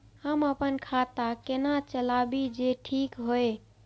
हम अपन खाता केना चलाबी जे ठीक होय?